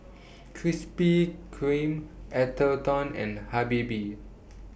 Krispy Kreme Atherton and Habibie